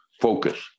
Focus